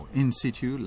in-situ